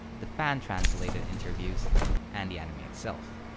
the fan-translated interviews and the anime itself.